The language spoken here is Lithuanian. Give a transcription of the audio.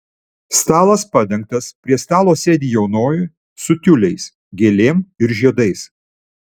stalas padengtas prie stalo sėdi jaunoji su tiuliais gėlėm ir žiedais